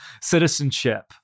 citizenship